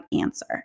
answer